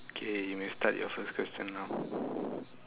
okay you may start your first question now